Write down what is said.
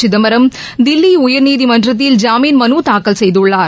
சிதம்பரம் தில்லி உயர்நீதிமன்றத்தில் ஜாமீன் மனு தாக்கல் செய்துள்ளார்